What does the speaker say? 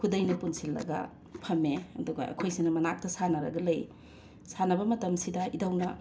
ꯈꯨꯗꯩꯅ ꯄꯨꯟꯁꯤꯜꯂꯒ ꯐꯝꯃꯦ ꯑꯗꯨꯒ ꯑꯩꯈꯣꯏꯁꯤꯅ ꯃꯅꯥꯛꯇ ꯁꯥꯟꯅꯔꯒ ꯂꯩ ꯁꯥꯟꯅꯕ ꯃꯇꯝꯁꯤꯗ ꯏꯙꯧꯅ